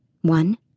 One